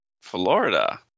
Florida